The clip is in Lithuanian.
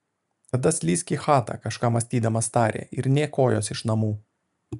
tada slysk į chatą kažką mąstydamas tarė ir nė kojos iš namų